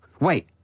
Wait